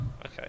Okay